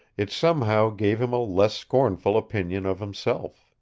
it somehow gave him a less scornful opinion of himself.